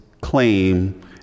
claim